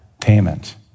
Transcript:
payment